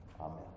amen